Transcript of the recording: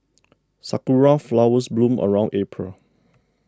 sakura flowers bloom around April